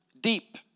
deep